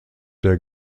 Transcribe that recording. der